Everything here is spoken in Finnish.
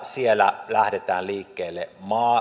siellä lähdetään liikkeelle